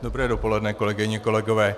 Dobré dopoledne, kolegyně, kolegové.